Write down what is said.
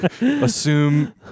assume